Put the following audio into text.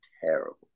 terrible